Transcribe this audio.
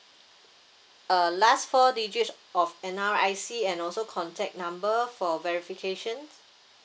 uh last four digits of N_R_I_C and also contact number for verification